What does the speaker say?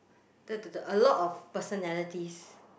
the the the a lot of personalities